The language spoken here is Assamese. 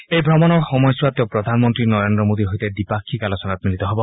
এই ভ্ৰমণৰ সময়ছোৱাত তেওঁ প্ৰধানমন্ত্ৰী নৰেন্দ্ৰ মোডীৰ সৈতে দ্বিপাক্ষিক আলোচনাত মিলিত হ'ব